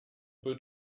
peut